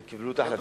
ויקבלו את ההחלטה,